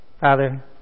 Father